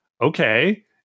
okay